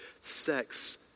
sex